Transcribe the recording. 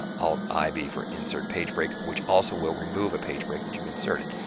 alt i b for insert page breaks which also will remove a page break that you've inserted.